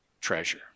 treasure